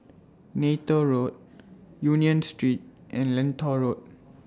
Neythal Road Union Street and Lentor Road